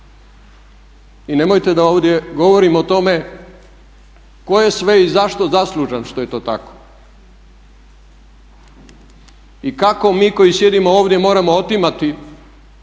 i nemojte da ovdje govorim o tome tko je sve i zašto zaslužan što je to tako. I kako mi koji sjedimo ovdje moramo otimati